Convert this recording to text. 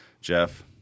Jeff